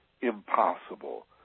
impossible